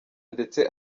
ndetse